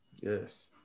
Yes